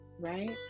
Right